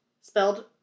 spelled